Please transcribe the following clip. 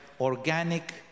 organic